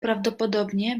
prawdopodobnie